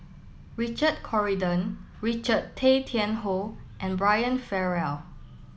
Richard Corridon Richard Tay Tian Hoe and Brian Farrell